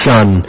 Son